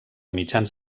mitjans